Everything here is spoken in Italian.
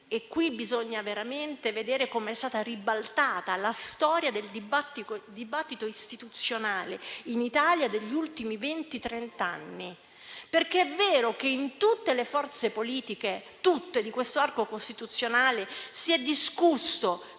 bisogna veramente vedere come è stata ribaltata la storia del dibattito istituzionale in Italia degli ultimi venti-trent'anni. È vero, infatti, che in tutte le forze politiche di questo arco costituzionale si è discusso